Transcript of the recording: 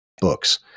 books